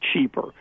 cheaper